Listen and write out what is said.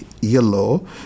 yellow